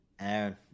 Aaron